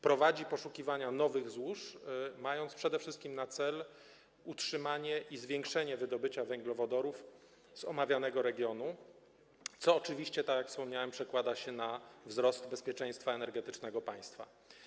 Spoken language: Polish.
Prowadzi poszukiwania nowych złóż, mając przede wszystkim na celu utrzymanie i zwiększenie wydobycia węglowodorów z omawianego regionu, co oczywiście, tak jak wspomniałem, przedkłada się na wzrost bezpieczeństwa energetycznego państwa.